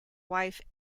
wife